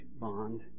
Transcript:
bond